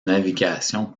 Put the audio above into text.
navigation